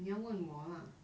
你要问我啊